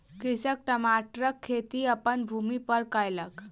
कृषक टमाटरक खेती अपन भूमि पर कयलक